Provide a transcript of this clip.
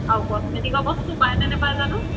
আৰু কচ্মেটিকৰ ৱস্তু পায়নে নেপায় জানো